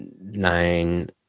nine